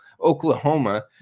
Oklahoma